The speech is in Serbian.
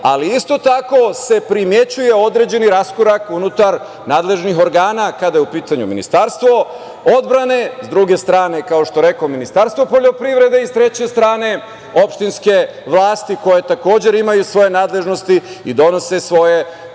ali isto tako se primećuje određeni raskorak unutar nadležnih organa kada je u pitanju Ministarstvo odbrane, s druge strane, kao što rekoh, Ministarstvo poljoprivrede i, s treće strane, opštine vlasti koje takođe imaju svoje nadležnosti i donose suvereno